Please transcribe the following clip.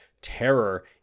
terror